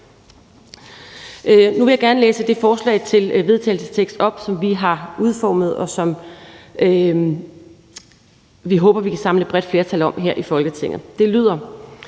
EL, SF og ALT) læse det forslag til vedtagelse, som vi har udformet, og som vi håber at vi kan samle bredt flertal om her i Folketinget, op. Det lyder: